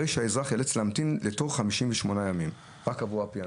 הרי שהאזרח ייאלץ להמתין לתור 58 ימים רק עבור הפענוח.